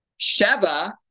Sheva